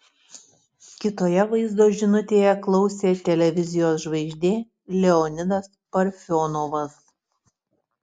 kitoje vaizdo žinutėje klausė televizijos žvaigždė leonidas parfionovas